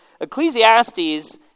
Ecclesiastes